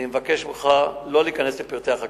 אני מבקש ממך לא להיכנס לפרטי החקירה.